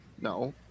no